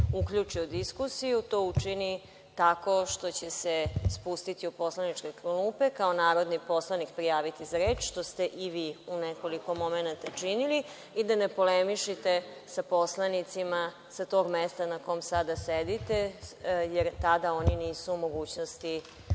uključi u diskusiju, to učini tako što će se spustiti u poslaničke klupe, kao narodni poslanik prijaviti za reč, što ste i vi u nekoliko momenata činili, i da ne polemišete sa poslanicima sa tog mesta na kom sada sedite, jer tada oni nisu u mogućnosti